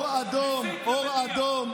אור אדום,